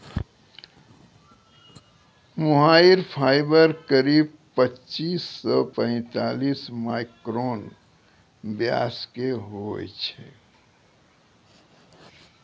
मोहायिर fibre करीब पच्चीस सॅ पैतालिस माइक्रोन व्यास के होय छै